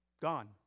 Gone